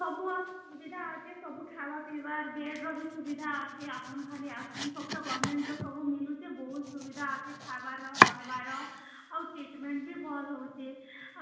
ସବୁ ସୁବିଧା ଅଛେ ସବୁ ଖାଇବାର୍ ପିଇବାର୍ ବେଡ଼୍ ର ବି ସୁବିଧା ଅଛେ ଆପଣ ଖାଲି ଆସୁନ୍ ସବୁ ତ ଗଭ୍ମେଣ୍ଟ୍ ର ସବୁ ମିଲୁଛେ ବହୁତ୍ ସୁବିଧା ଅଛେ ଖାଏବାର୍ ରହେବାର୍ ଆଉ ଟ୍ରିଟ୍ମେଣ୍ଟ୍ ବି ଭଲ୍ ହେଉଛେ